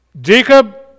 Jacob